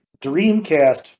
Dreamcast